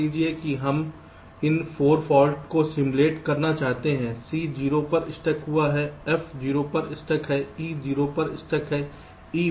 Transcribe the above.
मान लीजिए कि हम इन 4 फॉल्ट्स को सिमुलेट करना चाहते हैं C 0 पर स्टक हुआ हैf 0 पर स्टक है e 0 पर स्टक है e 1 पर स्टक है